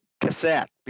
cassette